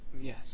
Yes